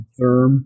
Therm